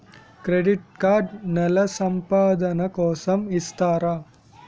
Credit card నెల సంపాదన కోసం ఇస్తారా?